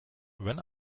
when